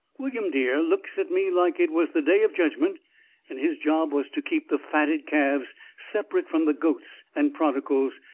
william dear looks at me like it was the day of judgment and his job was to keep the fatted calves separate from the goats and prodigals,